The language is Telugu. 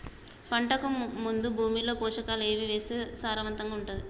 పంటకు ముందు భూమిలో పోషకాలు ఏవి వేస్తే సారవంతంగా ఉంటది?